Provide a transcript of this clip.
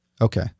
Okay